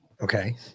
okay